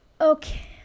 Okay